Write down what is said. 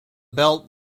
belt